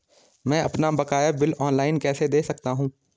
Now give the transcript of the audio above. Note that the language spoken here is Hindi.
मैं अपना बकाया बिल ऑनलाइन कैसे दें सकता हूँ?